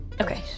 Okay